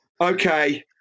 okay